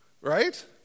Right